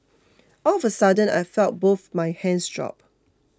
all of a sudden I felt both my hands drop